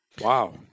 Wow